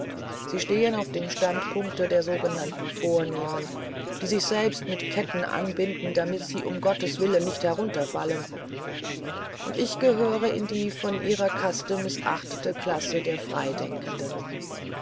sie stehen auf dem standpunkte der sogenannten vornehmen die sich selbst mit ketten anbinden damit sie um gottes willen nicht herunterfallen und ich gehöre in die von ihrer kaste mißachtete klasse der freidenkenden